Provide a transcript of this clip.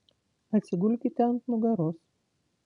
atsigulkite ant nugaros